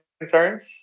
concerns